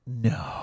no